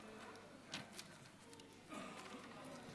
עוברים להצעת חוק הסדרים במשק המדינה (תיקוני